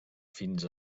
fins